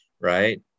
right